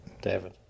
David